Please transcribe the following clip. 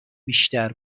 بیشتر